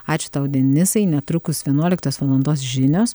ačiū tau denisai netrukus vienuoliktos valandos žinios